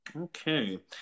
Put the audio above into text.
Okay